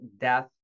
death